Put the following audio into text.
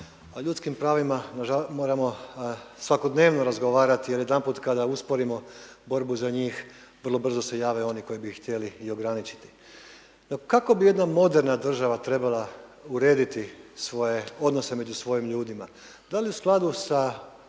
o ljudskim pravima moramo svakodnevno razgovarati, jer jedanput kada usporimo borbu za njih, vrlo brzo se jave oni koji bi ih htjeli i ograničiti. No kako bi jedna moderna država trebala urediti svoje odnose među svojim ljudima, da li u skladu sa